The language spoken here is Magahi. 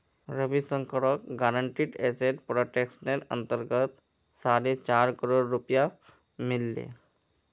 रविशंकरक गारंटीड एसेट प्रोटेक्शनेर अंतर्गत साढ़े चार करोड़ रुपया मिल ले